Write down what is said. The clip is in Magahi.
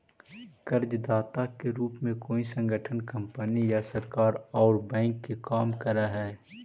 कर्जदाता के रूप में कोई संगठन कंपनी या सरकार औउर बैंक के काम करऽ हई